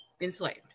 enslaved